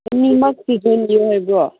ꯑꯅꯤꯃꯛ ꯍꯥꯏꯕ꯭ꯔꯣ